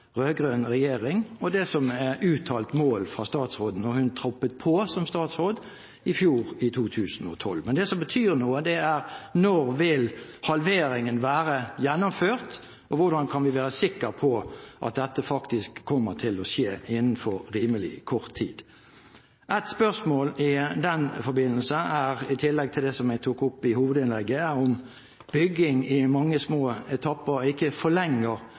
regjering, og det som var et uttalt mål fra statsråden da hun tiltrådte i fjor, i 2012. Det som imidlertid betyr noe, er når halveringen vil være gjennomført, og hvordan vi kan være sikre på at dette faktisk kommer til å skje innen rimelig kort tid. Ett spørsmål i den forbindelse, i tillegg til det jeg tok opp i hovedinnlegget, er om ikke bygging i mange små etapper